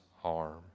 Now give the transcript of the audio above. harm